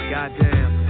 Goddamn